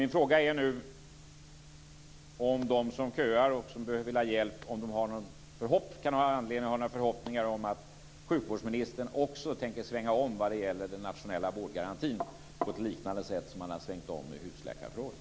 Min fråga är nu om de som köar och vill ha hjälp har anledning att ha några förhoppningar om att sjukvårdsministern tänker svänga om vad gäller den nationella vårdgarantin på ett liknande sätt som han har svängt om i husläkarfrågan.